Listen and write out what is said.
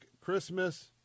Christmas